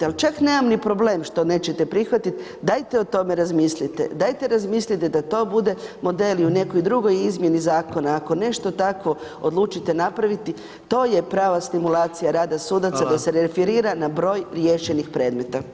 Ali, čak nemam ni problem što nećete prihvatiti, dajte o tome razmislite, dajte razmislite dat to bude model i u nekoj drugoj izmijeni zakona, ako nešto tako odlučite napraviti, to je prava stimulacija rada sudaca, da se referira na broj riješenih predmeta.